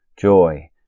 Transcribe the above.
joy